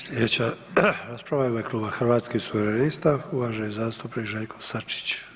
Slijedeća rasprava je u ime Kluba Hrvatskih suverenista, uvaženi zastupnik Željko Sačić.